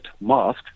mask